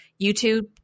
YouTube